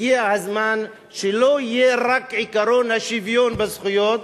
הגיע הזמן שלא יהיה רק עקרון השוויון בזכויות,